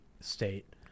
state